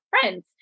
friends